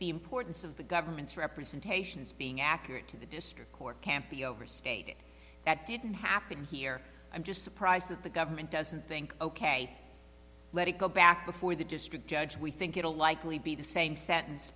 the importance of the government's representations being accurate to the district court can't be overstated that didn't happen here i'm just surprised that the government doesn't think ok let it go back before the district judge we think it'll likely be the same sentence